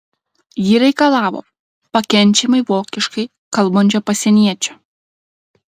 ji reikalavo pakenčiamai vokiškai kalbančio pasieniečio